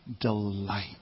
delight